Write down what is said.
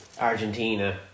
Argentina